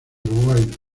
uruguay